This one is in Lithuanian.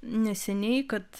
neseniai kad